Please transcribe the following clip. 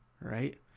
right